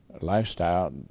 lifestyle